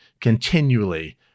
continually